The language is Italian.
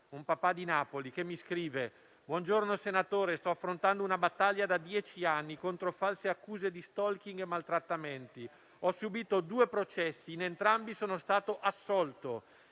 un papà di Napoli, che mi scrive: «Buongiorno senatore, sto affrontando una battaglia da dieci anni contro false accuse di *stalking* e maltrattamenti. Ho subito due processi, in entrambi sono stato assolto.